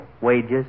Wages